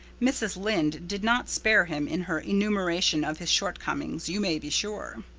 mrs. lynde did not spare him in her enumeration of his shortcomings, you may be sure.